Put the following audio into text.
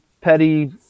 petty